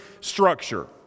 structure